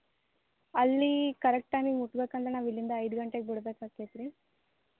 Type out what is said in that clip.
ಅಲ್ಲಿ ಕರೆಕ್ಟ್ ಟೈಮಿಗೆ ಮುಟ್ಬೇಕಂದ್ರ ನಾವು ಇಲ್ಲಿಂದ ಐದು ಗಂಟೆಗೆ ಬಿಡ್ಬೇಕು ಆಗ್ತೈತಿ